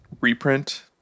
reprint